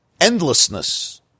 endlessness